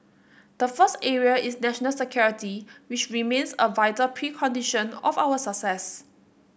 the first area is national security which remains a vital precondition of our success